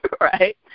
right